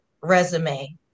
resume